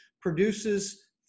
produces